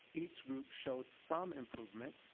each group showed some improvement,